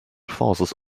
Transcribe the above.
forces